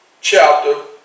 chapter